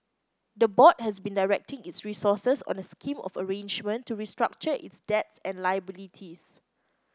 the board has been directing its resources on a scheme of arrangement to restructure its debts and liabilities